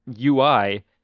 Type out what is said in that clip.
UI